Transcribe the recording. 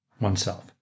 oneself